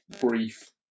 brief